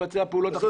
גם